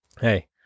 hey